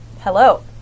Hello